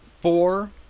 four